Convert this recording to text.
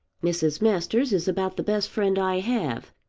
mrs. masters is about the best friend i have.